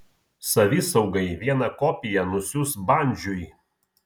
savisaugai vieną kopiją nusiųs bandžiui